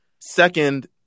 Second